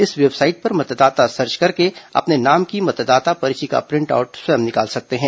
इस वेबसाइट पर मतदाता सर्च करके अपने नाम की मतदाता पर्ची का प्रिंट आउट स्वयं निकाल सकते हैं